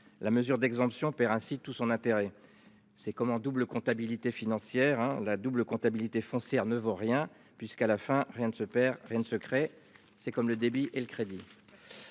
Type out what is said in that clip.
La mesure d'exemption perd ainsi tout son intérêt. C'est comme en double comptabilité financière hein. La double comptabilité foncière ne vaut rien puisqu'à la fin, rien ne se perd, rien ne se crée, c'est comme le débit et le crédit.